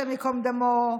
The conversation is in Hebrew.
השם ייקום דמו,